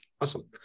Awesome